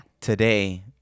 today